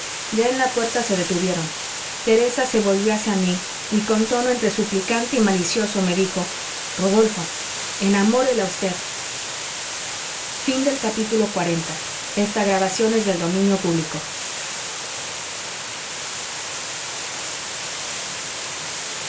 ya en la puerta se detuvieron teresa se volvió hacia mí y con tono entre suplicante y malicioso me dijo rodolfo enamórela usted xli castro pérez llegó